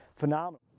phenomenal.